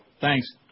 Thanks